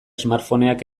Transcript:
smartphoneak